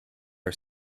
our